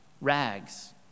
rags